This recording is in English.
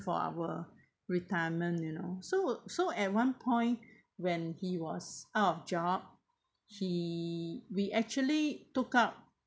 for our retirement you know so so at one point when he was out of job he we actually took out